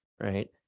right